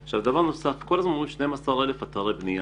דבר נוסף, כל הזמן מדברים על 12,000 אתרי בניה.